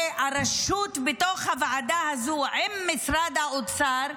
שהרשות בתוך הוועדה הזו עם משרד האוצר,